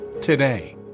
today